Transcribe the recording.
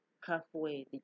halfway